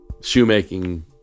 shoemaking